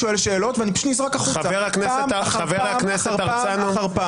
ואני פשוט נזרק החוצה פעם אחר פעם אחר פעם?